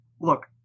Look